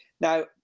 now